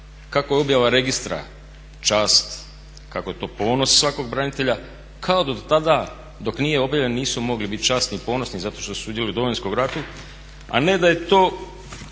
kako je objava Registra čast, kako je to ponos svakog branitelja kao da do tada dok nije objavljen nisu mogli biti časni i ponosni zato što su sudjelovali u Domovinskom ratu a ne da je to